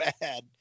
bad